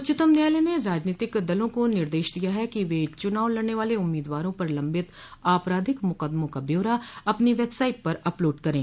उच्चतम न्यायालय ने राजनीतिक दलों को निर्देश दिया है कि वे चुनाव लड़ने वाले उम्मीदवारों पर लम्बित आपराधिक मुकदमों का ब्यौरा अपनी वेबसाइट पर अपलोड करें